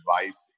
advice